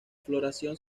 floración